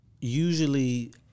usually